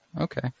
okay